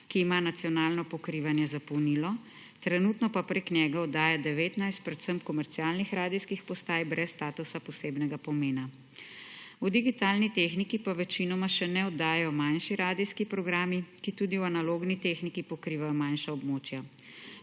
ki ima nacionalno pokrivanje, zapolnilo, trenutno pa prek njega oddaja 19 predvsem komercialnih radijskih postaj brez statusa posebnega pomena. V digitalni tehniki pa večinoma še ne oddajajo manjši radijski programi, ki tudi v analogni tehniki pokrivajo manjša območja.